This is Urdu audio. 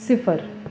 صفر